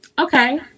Okay